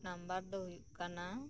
number ᱫᱚ ᱦᱩᱭᱩᱜ ᱠᱟᱱᱟ